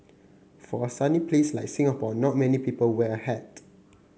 for a sunny place like Singapore not many people wear a hat